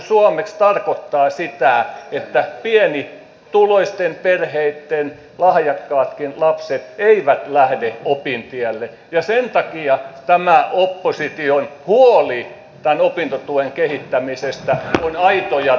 tämähän suomeksi tarkoittaa sitä että pienituloisten perheitten lahjakkaatkaan lapset eivät lähde opintielle ja sen takia tämä opposition huoli opintotuen kehittämisestä on aito ja todellinen